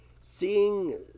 Seeing